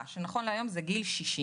שנכון להיום הוא גיל 60